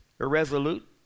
irresolute